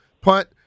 punt